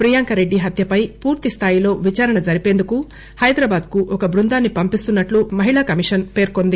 ప్రియాంక రెడ్డి హత్యపై పూర్తిస్థాయిలో విచారణ జరిపేందుకు హైదరాబాద్కు ఒక బృందాన్ని పంపిస్తున్నట్టు మహిళా కమిషస్ పేర్కొంది